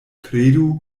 kredu